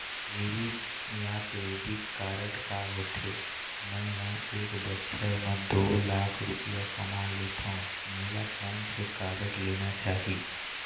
Debit या credit card का होथे, मे ह एक बछर म दो लाख रुपया कमा लेथव मोला कोन से कारड लेना चाही?